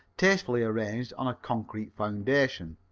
tastefully arranged on a concrete foundation.